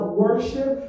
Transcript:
worship